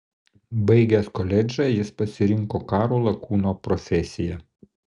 baigęs koledžą jis pasirinko karo lakūno profesiją